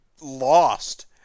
lost